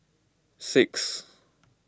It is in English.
six